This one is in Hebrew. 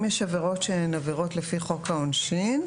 אם יש עבירות שהן עבירות לפי חוק העונשין,